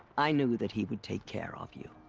i knew that he would take care of you.